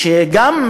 שגם,